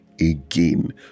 again